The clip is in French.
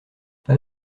pas